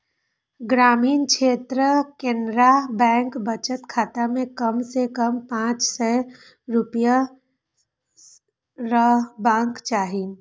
ग्रामीण क्षेत्रक केनरा बैंक बचत खाता मे कम सं कम पांच सय रुपैया रहबाक चाही